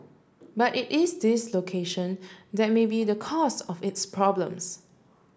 but it is this location that may be the cause of its problems